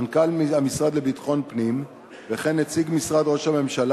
מנכ"ל המשרד לביטחון הפנים ונציג משרד ראש הממשלה,